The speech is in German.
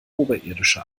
oberirdische